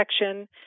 protection